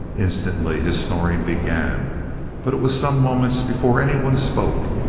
instantly his snoring began but it was some moments before anyone spoke.